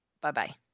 Bye-bye